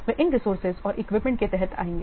वे इन रिसोर्सेज और इक्विपमेंट्स के तहत आएंगे